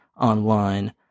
online